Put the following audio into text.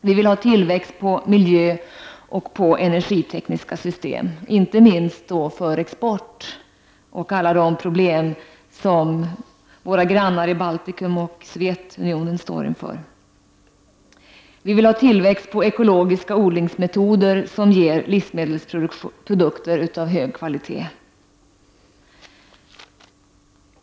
Vi vill ha tillväxt på miljöoch energitekniska system, inte minst för export inför alla de problem som våra grannar i Baltikum och Sovjetunionen står inför. Vi vill ha tillväxt på ekologiska odlingsmetoder som ger livsmedelsprodukter av hög kvalitet.